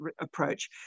approach